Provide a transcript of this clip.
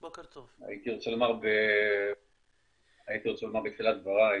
הייתי רוצה לומר בתחילת דבריי,